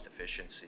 efficiency